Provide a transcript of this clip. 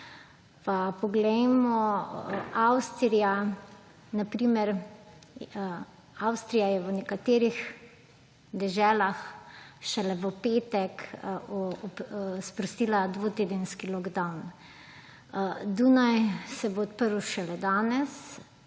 Pa poglejmo. Avstrija na primer je v nekaterih deželah šele v petek sprostila dvotedenski lockdown. Dunaj se bo odprl šele danes.